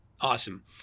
awesome